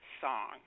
song